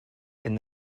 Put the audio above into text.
and